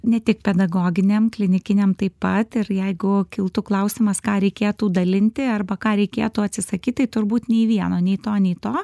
ne tik pedagoginiam klinikiniam taip pat ir jeigu kiltų klausimas ką reikėtų dalinti arba ką reikėtų atsisakyt tai turbūt nei vieno nei to nei to